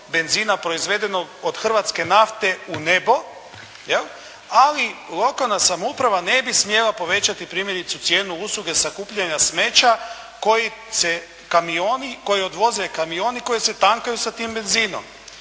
benzina proizvedenog od hrvatske nafte u nebo, je li, ali lokalna samouprava ne bi smjela povećati primjerice cijenu usluge sakupljanja smeća koji se kamioni, koju odvoze kamioni koji se tankaju sa tim benzinom.